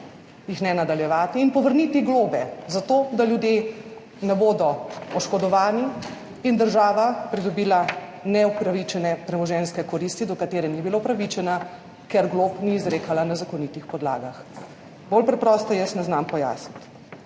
jih ne nadaljevati in povrniti globe za to, da ljudje ne bodo oškodovani. Država je pridobila neupravičene premoženjske koristi, do katere ni bila upravičena, ker glob ni izrekala na zakonitih podlagah. Bolj preprosto jaz ne znam pojasniti.